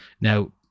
now